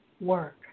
work